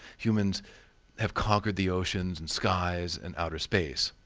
humans have conquered the oceans and skies and outer space.